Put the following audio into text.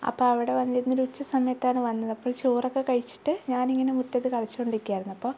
അപ്പം അവിടെ വന്നിരുന്നൊരു ഉച്ച സമയത്താണ് വന്നത് അപ്പോൾ ചോറൊക്കെ കഴിച്ചിട്ട് ഞാനിങ്ങനെ മുറ്റത്ത് കളിച്ചോണ്ടിരിക്കുകയായിരുന്നു അപ്പോൾ